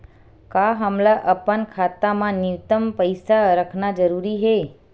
का हमला अपन खाता मा न्यूनतम पईसा रखना जरूरी हे?